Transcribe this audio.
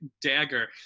dagger